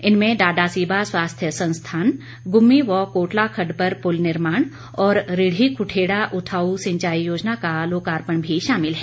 इनमें डाडासीबा स्वास्थ्य संस्थान गुम्मी व कोटला खड़ड पर पुल निर्माण और रिढ़ी कुरेड़ा उठाऊ सिंचाई योजना का लोकार्पण भी शामिल है